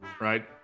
Right